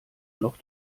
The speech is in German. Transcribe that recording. noch